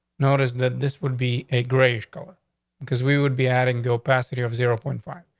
noticed that this would be a great score because we would be adding the opacity of zero point five.